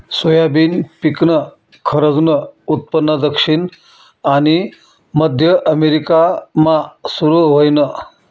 soybean पिकनं खरंजनं उत्पन्न दक्षिण आनी मध्य अमेरिकामा सुरू व्हयनं